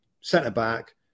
Centre-back